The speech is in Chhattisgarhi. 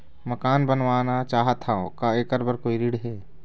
मकान बनवाना चाहत हाव, का ऐकर बर कोई ऋण हे?